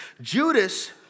Judas